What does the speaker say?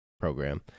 program